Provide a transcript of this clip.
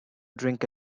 drink